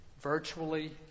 virtually